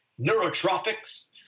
neurotropics